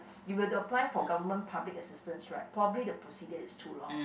if you were to apply for government public assistance right probably the procedure is too long